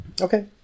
okay